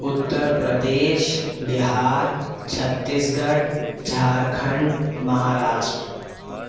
Uttar Pradesh Bihar Chhattisgarh Jharkhand Maharashtra